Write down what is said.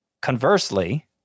conversely